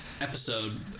Episode